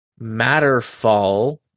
Matterfall